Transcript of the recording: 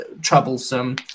troublesome